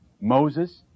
Moses